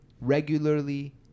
regularly